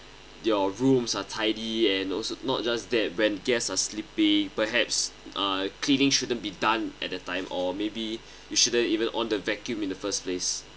your rooms are tidy and also not just that when guests are sleeping perhaps uh cleaning shouldn't be done at the time or maybe you shouldn't even on the vacuum in the first place